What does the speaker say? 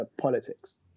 politics